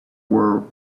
world